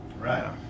right